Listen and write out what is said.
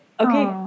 Okay